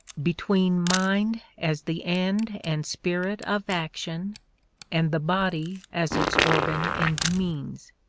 between mind as the end and spirit of action and the body as its organ and means.